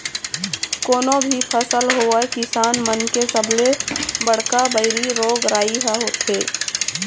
कोनो भी फसल होवय किसान मन के सबले बड़का बइरी रोग राई ह होथे